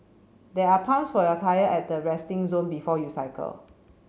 there are pumps for your tyre at the resting zone before you cycle